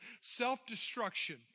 self-destruction